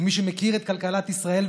ומי שמכיר את כלכלת ישראל,